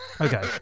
Okay